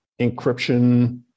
encryption